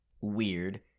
weird